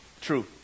true